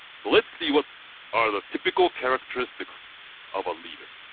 so let's see, what are the typical characteristics of a leader?